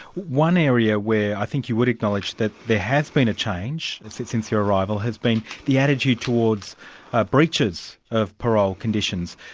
one area where i think you would acknowledge that there has been a change since since your arrival, has been the attitude towards breaches of parole conditions.